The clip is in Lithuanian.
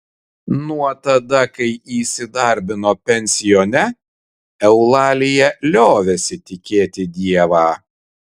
nuo tada kai įsidarbino pensione eulalija liovėsi tikėti dievą